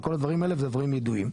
וכל הדברים האלה והדברים ידועים.